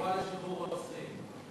באחריות, בתמורה לשחרור רוצחים.